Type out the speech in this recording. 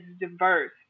diverse